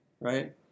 right